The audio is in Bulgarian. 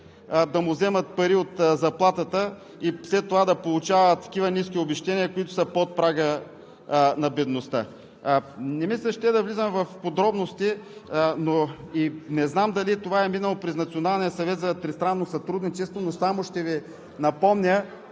да му вземат пари от заплатата и след това да получава такива ниски обезщетения, които са под прага на бедността?! Не ми се иска да влизам в подробности, но и не знам дали това е минало и през Националния